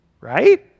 Right